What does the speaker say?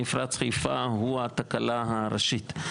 מפרץ חיפה הוא התקלה הראשית.